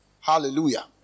Hallelujah